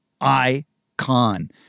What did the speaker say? icon